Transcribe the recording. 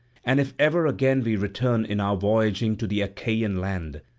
and if ever again we return in our voyaging to the achaean land,